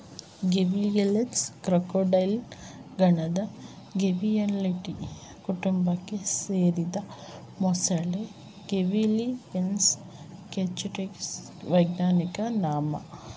Gavialis Crocodilia ಗಣದ Gavialidae ಕುಟುಂಬಕ್ಕೆ ಸೇರಿದ ಮೊಸಳೆ ಗೇವಿಯಾಲಿಸ್ ಗ್ಯಾಂಜೆಟಿಕಸ್ ವೈಜ್ಞಾನಿಕ ನಾಮ